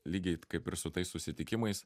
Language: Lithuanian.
lygiai kaip ir su tais susitikimais